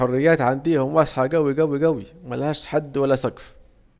الحريات عنديهم واسعة جوي جوي جوي ملهاش حد ولا سجف